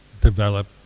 develop